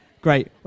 Great